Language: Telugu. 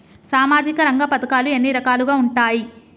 సామాజిక రంగ పథకాలు ఎన్ని రకాలుగా ఉంటాయి?